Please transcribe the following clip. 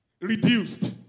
reduced